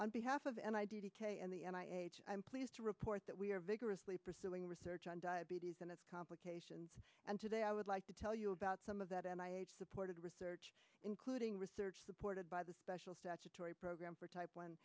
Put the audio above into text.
on behalf of an idea and the and i am pleased to report that we are vigorously pursuing research on diabetes and its complications and today i would like to tell you about some of that and i supported research including research supported by the special statutory program for type one